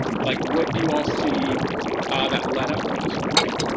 like what do you all see that led up to this point?